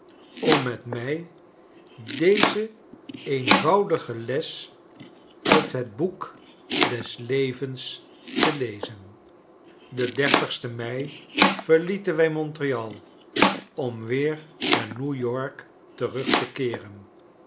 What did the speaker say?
om met mij deze eenvoudige les uit het boek des levens te lezen den dertigsten mei verlieten wy montreal om weer naar n e w-y o r k terug te keeren